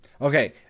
Okay